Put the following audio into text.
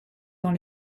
dans